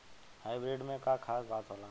Hybrid में का खास बात होला?